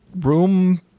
room